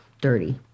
dirty